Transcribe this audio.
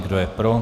Kdo je pro?